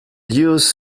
used